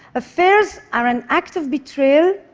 affairs are an act of betrayal,